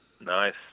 Nice